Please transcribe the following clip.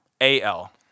A-L